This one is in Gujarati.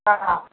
હા